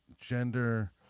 gender